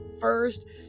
first